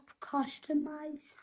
customize